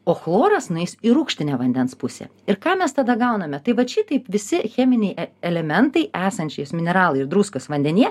o chloras nueis į rūgštinę vandens pusę ir ką mes tada gauname tai vat šitaip visi cheminiai elementai esančiais mineralai ir druskos vandenyje